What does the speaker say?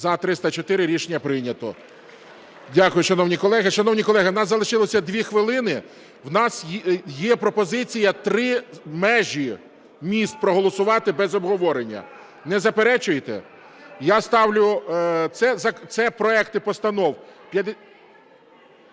За-304 Рішення прийнято. Дякую, шановні колеги. Шановні колеги, в нас залишилося 2 хвилини. У нас є пропозиція три межі міст проголосувати без обговорення. Не заперечуєте? Це проекти постанов…